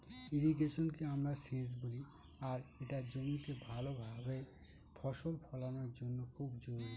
ইর্রিগেশনকে আমরা সেচ বলি আর এটা জমিতে ভাল ভাবে ফসল ফলানোর জন্য খুব জরুরি